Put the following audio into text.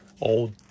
old